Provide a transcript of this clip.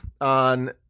on